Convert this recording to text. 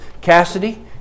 Cassidy